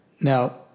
Now